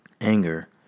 Anger